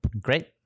Great